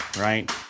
right